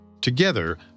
Together